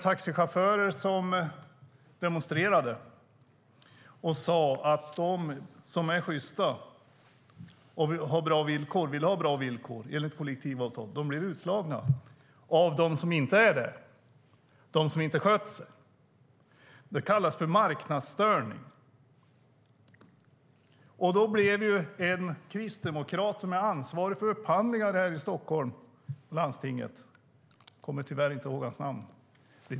Taxichaufförer demonstrerade och sade att de som är sjysta och vill ha bra villkor enligt kollektivavtal blir utslagna av dem som inte är det och som inte sköter sig. Det kallas för marknadsstörning. En kristdemokrat som är ansvarig för upphandlingar i landstinget här i Stockholm blev intervjuad - jag kommer tyvärr inte ihåg hans namn.